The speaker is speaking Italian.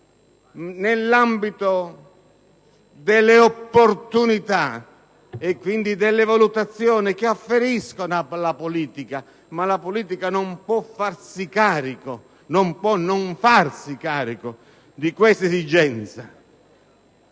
Nell'ambito delle opportunità, e quindi delle valutazioni che afferiscono alla politica - ma la politica non può non farsi carico di questa esigenza